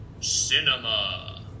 CINEMA